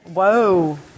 Whoa